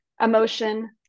emotion